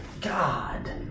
God